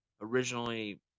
originally